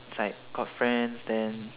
it's like got friends then